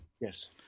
yes